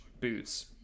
boots